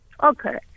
Okay